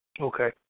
Okay